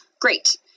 great